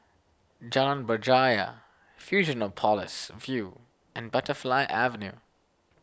Jalan Berjaya Fusionopolis View and Butterfly Avenue